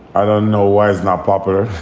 i don't know why it's not popular.